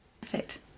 perfect